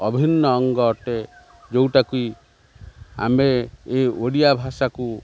ଅଭିନ୍ନ ଅଙ୍ଗ ଅଟେ ଯେଉଁଟାକି ଆମେ ଏ ଓଡ଼ିଆ ଭାଷାକୁ